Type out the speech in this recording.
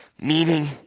meaning